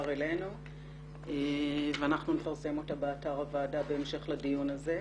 אלינו ואנחנו נפרסם אותה באתר הוועדה בהמשך לדיון הזה,